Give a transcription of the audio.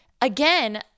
again